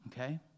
okay